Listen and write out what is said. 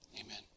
Amen